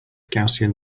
gaussian